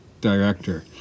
director